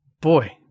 boy